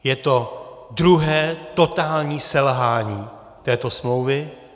Je to druhé totální selhání této smlouvy.